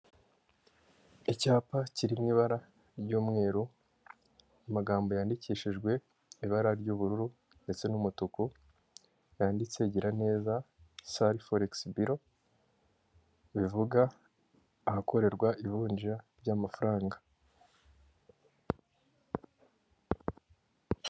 Icyapa kiri mu ibara ry'umweru, amagambo yandikishijwe ibara ry'ubururu ndetse n'umutuku, yanditse Giraneza Sali Foregisi biro. Bivuga ahakorerwa ivunja ry'amafaranga.